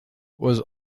was